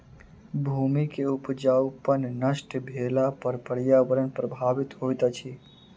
भूमि के उपजाऊपन नष्ट भेला पर पर्यावरण प्रभावित होइत अछि